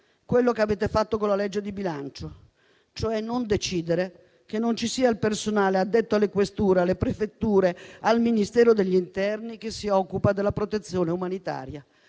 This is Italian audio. quello che avete fatto con la legge di bilancio, non decidere cioè che non ci sia il personale addetto alle questure, alle prefetture o al Ministero dell'interno che si occupa della protezione umanitaria.